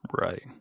Right